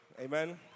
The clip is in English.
amen